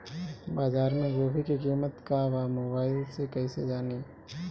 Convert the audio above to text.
बाजार में गोभी के कीमत का बा मोबाइल से कइसे जानी?